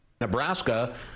Nebraska